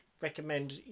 recommend